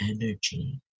energy